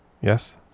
Yes